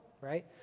right